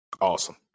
Awesome